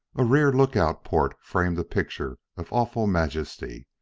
a rear lookout port framed a picture of awful majesty.